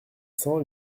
cents